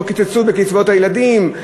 לא קיצצו בקצבאות הילדים,